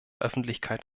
öffentlichkeit